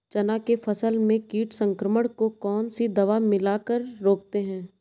चना के फसल में कीट संक्रमण को कौन सी दवा मिला कर रोकते हैं?